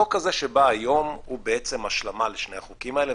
החוק הזה שבא היום הוא בעצם השלמה לשני החוקים האלה,